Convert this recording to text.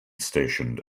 stationed